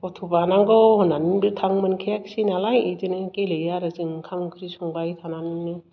गथ' बानांगौ होन्नानैबो थांनो मोनखायाखिसै नालाय इदिनो गेलेयो आरो जों ओंखाम ओंख्रि संबाय थानानैनो